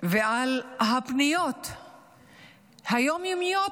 על הפניות היום-יומיות